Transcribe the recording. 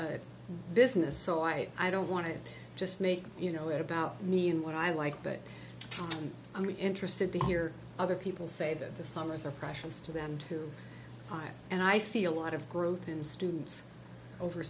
business so i i don't want to just make you know it about me and what i like but i'm interested to hear other people say that the summers are precious to them to time and i see a lot of growth in students over